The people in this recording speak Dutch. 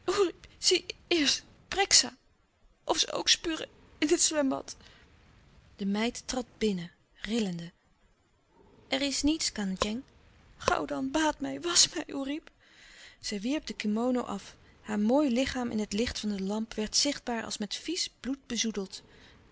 eerst preksa of ze ook spugen in het zwembad de meid trad binnen rillende er is niets kandjeng gauw dan baad mij wasch mij oerip zij wierp de kimono af haar mooi lichaam in het licht van de lamp werd zichtbaar als met vies bloed bezoedeld